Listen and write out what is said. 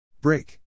Break